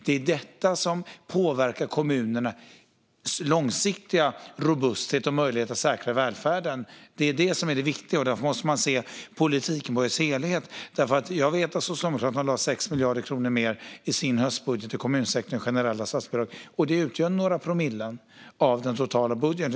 Det är detta som påverkar kommunernas långsiktiga robusthet och möjlighet att säkra välfärden. Det är detta som är viktigast, och därför måste man se politiken i dess helhet. Jag vet att Socialdemokraterna lade 6 miljarder kronor mer i sin höstbudget till kommunsektorn i generella statsbidrag, och det utgör några promille av den totala budgeten.